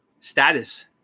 status